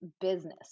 business